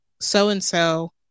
so-and-so